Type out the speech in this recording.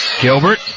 Gilbert